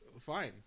Fine